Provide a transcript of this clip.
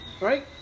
right